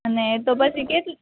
અને એતો પછી કેટલી